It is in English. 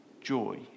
joy